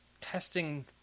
testing